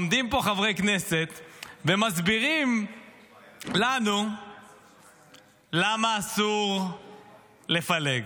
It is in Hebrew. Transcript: חברי כנסת ומסבירים לנו למה אסור לפלג.